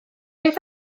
beth